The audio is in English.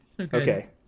Okay